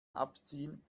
abziehen